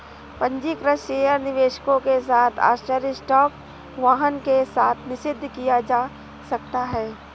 पंजीकृत शेयर निवेशकों के साथ आश्चर्य स्टॉक वाहन के साथ निषिद्ध किया जा सकता है